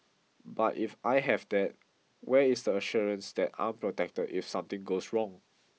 but if I have that where is the assurance that I'm protected if something goes wrong